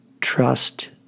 trust